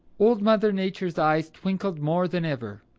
old mother nature's eyes twinkled more than ever.